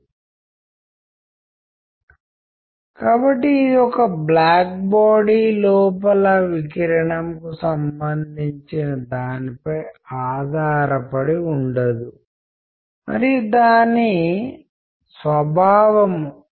మనము కమ్యూనికేట్ చేయడం మొదలుపెట్టినప్పుడు విషయాలు సులభతరం చేయడానికి జనాలు కమ్యూనికేట్ చేయడం ప్రారంభించారని కనుగొన్నాము జీవితాన్ని సులభతరం చేయడానికి